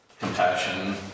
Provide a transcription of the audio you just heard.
Compassion